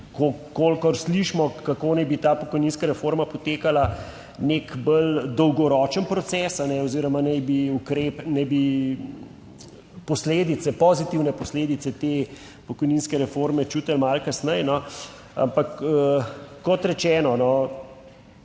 kolikor slišimo, kako naj bi ta pokojninska reforma potekala, nek bolj dolgoročen proces oziroma naj bi, ukrep naj bi, posledice, pozitivne posledice te pokojninske reforme čutili malo kasneje, ampak kot rečeno,